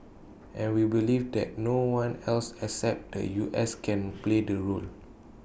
and we believe that no one else except the U S can play the role